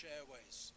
Airways